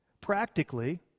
Practically